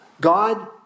God